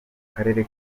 karere